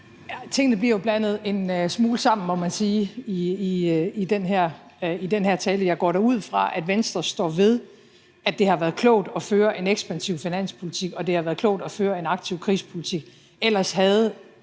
(S): Tingene bliver jo blandet en smule sammen, må man sige, i den her tale. Jeg går da ud fra, at Venstre står ved, at det har været klogt at føre en ekspansiv finanspolitik, og at det har været klogt at føre en aktiv krisepolitik. Ellers havde